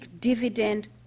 dividend